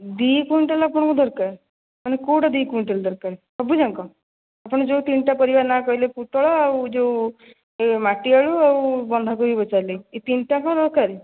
ଦୁଇ କୁଇଣ୍ଟାଲ୍ ଆପଣଙ୍କୁ ଦରକାର ମାନେ କେଉଁଟା ଦୁଇ କୁଇଣ୍ଟାଲ୍ ଦରକାର ସବୁଯାକ ଆପଣ ଯେଉଁ ତିନିଟା ପରିବା ନାଁ କହିଲେ ପୋଟଳ ଆଉ ଯେଉଁ ମାଟିଆଳୁ ଆଉ ବନ୍ଧାକୋବି ଏହି ତିନିଟାଯାକ ଦରକାର